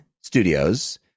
Studios